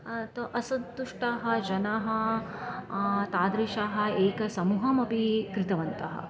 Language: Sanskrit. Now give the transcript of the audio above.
अतो असन्तुष्टाः जनाः तादृशाः एकसमूहमपि कृतवन्तः